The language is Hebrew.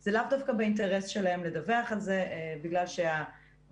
זה לאו דווקא באינטרס שלהם לדווח על זה בגלל שאולי